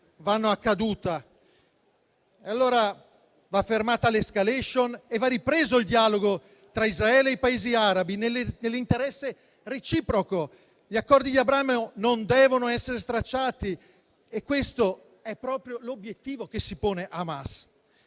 vengono poi utilizzate. Va fermata l'*escalation* e va ripreso il dialogo tra Israele e i Paesi arabi, nell'interesse reciproco. Gli Accordi di Abramo non devono essere stracciati e questo è proprio l'obiettivo che si pone Hamas.